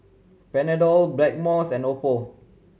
Panadol Blackmores and Oppo